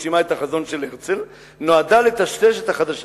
שחושבת שהיא מגשימה את החזון של הרצל "נועדה לטשטש את החשדות